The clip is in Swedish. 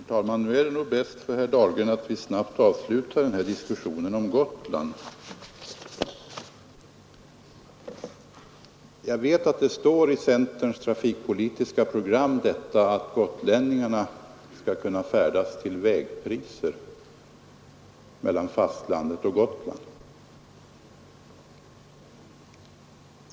Herr talman! Nu är det nog bäst för herr Dahlgren att vi snabbt avslutar den här diskussionen om Gotland. Jag vet att det står i centerns trafikpolitiska program att gotlänningarna skall kunna färdas till vägpriser mellan fastlandet och Gotland.